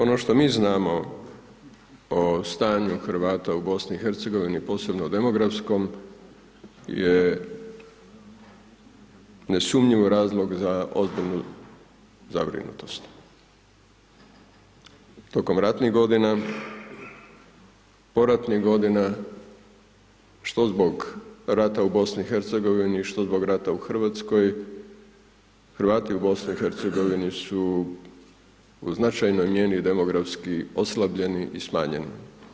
Ono što mi znamo o stanju Hrvata u BiH, posebno demografskom je nesumnjivo razlog za ozbiljnu zabrinutost, tokom ratnih godina, povratnih godina, što zbog rata u BIH, što zbog rata u Hrvatskoj, Hrvati u BIH, su u značajnoj mjeri demografski oslabljeni i smanjeni.